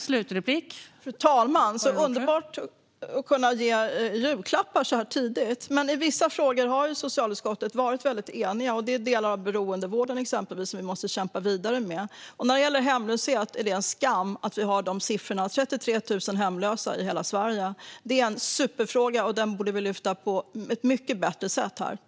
Fru talman! Så underbart att kunna ge julklappar så här tidigt! I vissa frågor har socialutskottet varit väldigt enigt. Det är exempelvis delar av beroendevården som vi måste kämpa vidare med. När det gäller hemlöshet är det en skam att vi har de siffror vi har. Det finns 33 000 hemlösa i hela Sverige. Det är en superfråga som jag tycker att vi borde lyfta fram på ett mycket bättre sätt.